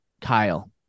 Kyle